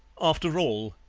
after all,